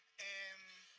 and